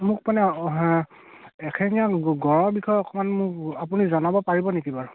মোক মানে এশিঙীয়া গঁড়ৰ বিষয়ে অকণমান মোক আপুনি জনাব পাৰিব নেকি বাৰু